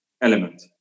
element